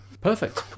Perfect